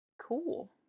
Cool